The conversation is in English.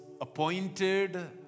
appointed